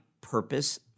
purpose